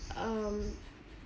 um